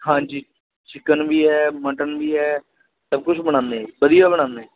ਹਾਂਜੀ ਚਿਕਨ ਵੀ ਹੈ ਮਟਨ ਵੀ ਹੈ ਸਭ ਕੁਝ ਬਣਾਉਂਦੇ ਹੈ ਜੀ ਵਧੀਆ ਬਣਾਉਂਦੇ